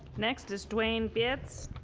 next is duane bibs,